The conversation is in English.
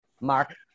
mark